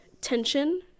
tension